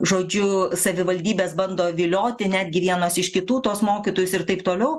žodžiu savivaldybės bando vilioti netgi vienos iš kitų tuos mokytojus ir taip toliau